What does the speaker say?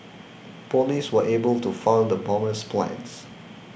police were able to foil the bomber's plans